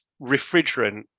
refrigerant